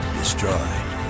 destroyed